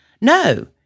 no